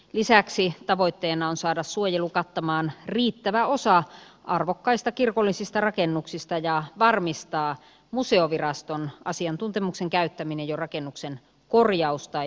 lisäksi tavoitteena on saada suojelu kattamaan riittävä osa arvokkaista kirkollisista rakennuksista ja varmistaa museoviraston asiantuntemuksen käyttäminen jo rakennuksen korjaus tai muutosvaiheessa